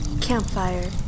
Campfire